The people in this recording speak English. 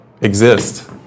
exist